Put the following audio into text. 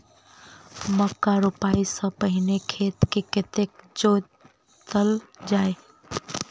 मक्का रोपाइ सँ पहिने खेत केँ कतेक जोतल जाए?